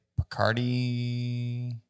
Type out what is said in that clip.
Picardi